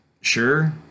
sure